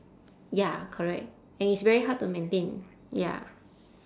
ya correct and it's very hard to maintain ya